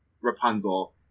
rapunzel